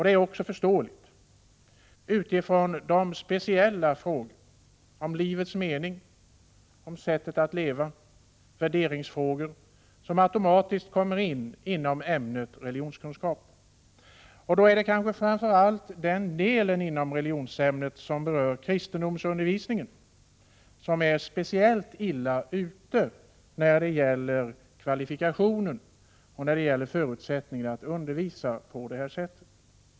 Detta är också förståeligt med tanke på de speciella frågor om livets mening, de frågor om sättet att leva, de frågor om värderingar som automatiskt kommer in i ämnet religionskunskap. Speciellt den del inom religionsämnet som berör kristendomsundervisningen är illa ute när det gäller kvalifikationerna och förutsättningarna att undervisa på detta sätt.